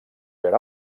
per